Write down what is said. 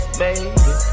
baby